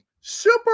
Super